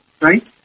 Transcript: right